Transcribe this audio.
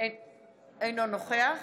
אינו נוכח